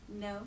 No